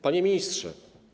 Panie Ministrze!